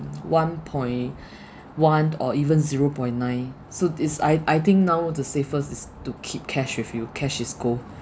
one point one or even zero point nine so it's I I think now the safest is to keep cash with you cash is gold